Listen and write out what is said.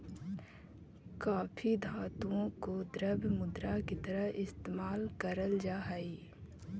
काफी धातुओं को भी द्रव्य मुद्रा की तरह इस्तेमाल करल जा हई